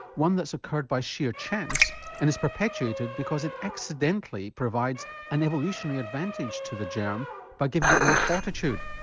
one that's occurred by sheer chance and is perpetuated because it accidentally provides an evolutionary advantage to the germ by giving it more fortitude.